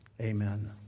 Amen